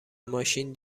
ماشین